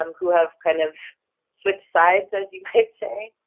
um who have kind of switched sides as you might say,